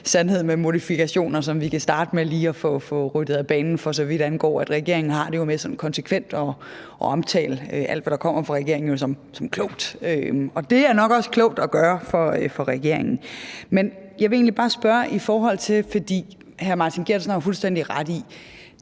sandhed med modifikationer, som vi kan starte med lige at få ryddet af banen, for så vidt angår, at regeringen jo har det med konsekvent at omtale alt, hvad der kommer fra regeringen, som klogt, og det er nok også klogt at gøre for regeringen. Men jeg har et spørgsmål, for hr. Martin Geertsen har jo fuldstændig ret i,